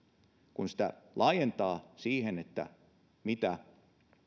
kun näkökulmaa laajentaa siihen mitä